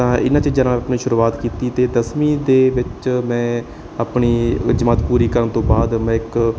ਤਾਂ ਇਹਨਾਂ ਚੀਜ਼ਾਂ ਨਾਲ ਆਪਣੀ ਸ਼ੁਰੂਆਤ ਕੀਤੀ ਅਤੇ ਦਸਵੀਂ ਦੇ ਵਿੱਚ ਮੈਂ ਆਪਣੀ ਜਮਾਤ ਪੂਰੀ ਕਰਨ ਤੋਂ ਬਾਅਦ ਮੈਂ ਇੱਕ